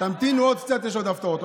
תמתינו עוד קצת, יש עוד הפתעות.